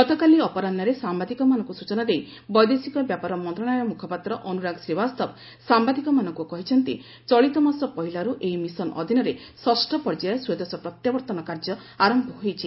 ଗତକାଲି ଅପରାହୁରେ ସାମ୍ବାଦିକମାନଙ୍କୁ ସୂଚନା ଦେଇ ବୈଦେଶିକ ବ୍ୟାପାର ମନ୍ତ୍ରଣାଳୟ ମୁଖପାତ୍ର ଅନୁରାଗ ଶ୍ରୀବାସ୍ତବା ସାମ୍ବାଦିକମାନଙ୍କୁ କହିଛନ୍ତି ଚଳିତମାସ ପହିଲାରୁ ଏହି ମିଶନ ଅଧୀନରେ ଷଷ୍ଠ ପର୍ଯ୍ୟାୟ ସ୍ୱଦେଶ ପ୍ରତ୍ୟାବର୍ତ୍ତନ କାର୍ଯ୍ୟ ଆରମ୍ଭ ହୋଇଛି